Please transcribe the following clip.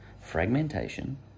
fragmentation